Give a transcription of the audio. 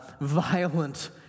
violent